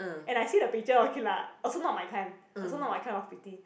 and I see the picture okay lah also not my kind also not my kind of pretty